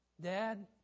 Dad